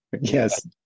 Yes